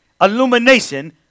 illumination